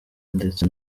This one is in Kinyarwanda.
ndetse